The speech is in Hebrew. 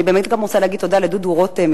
אני באמת גם רוצה להגיד תודה לדודו רותם,